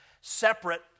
separate